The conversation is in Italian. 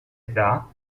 età